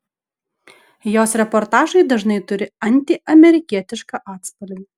jos reportažai dažnai turi antiamerikietišką atspalvį